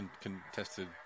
contested